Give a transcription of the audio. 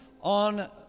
on